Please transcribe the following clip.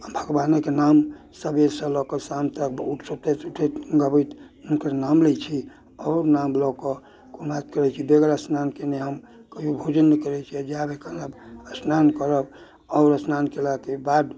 हम भगवानक नाम सबेरसँ लऽ कऽ शाम तक सुतैत उठैत गबैत हुनकर नाम लै छी आओर नाम लऽ कऽ कुमारि खुआबै छी बेगर स्नान केने हम कहियो भोजन नहि करै छी जाइ बेर कलब स्नान करब आओर स्नान केलाके बाद